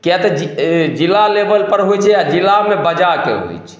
किआ तऽ जिला लेवलपर होइ छै आओर जिलामे बजाके होइ छै